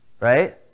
right